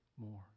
more